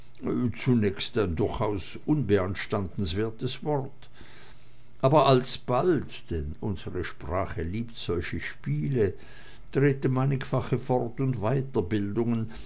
zunächst ein durchaus unbeanstandenswertes wort aber alsbald denn unsre sprache liebt solche spiele treten mannigfache fort und